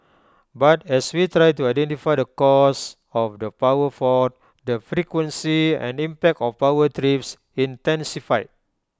but as we tried to identify the cause of the power fault the frequency and impact of power trips intensified